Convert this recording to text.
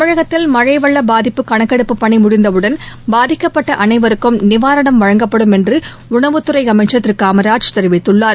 தமிழகத்தில் மழை வெள்ள பாதிப்பு கணக்கெடுப்பு பணி முடிந்தவுடன் பாதிக்கப்பட்ட அனைவருக்கும் நிவாரணம் வழங்கப்படும் என்று உணவுத்துறை அமைச்சர் திரு காமராஜ் தெரிவித்துள்ளார்